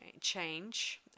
change